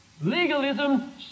Legalism